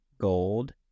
gold